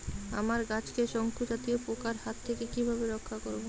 আমার গাছকে শঙ্কু জাতীয় পোকার হাত থেকে কিভাবে রক্ষা করব?